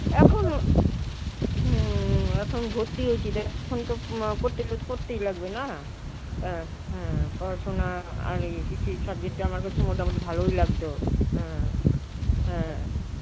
এখন হুম এখন ভর্তি হয়েছি দেখ এখন তো করতে গেলে তো করতেই লাগবে না হ্যাঁ পড়াশুনা আর হিস্ট্রি সাবজেক্টটা আমার কাছে মোটামুটি ভালোই লাগতো হ্যাঁ হ্যাঁ